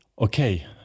Okay